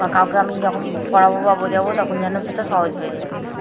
বা কাউকে আমি যখন পড়াবো বা বোঝাবো তখন যেন সেটা সহজ হয়ে যায়